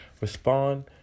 Respond